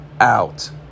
out